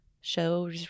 Show